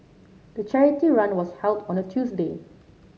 the charity run was held on a Tuesday